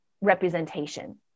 representation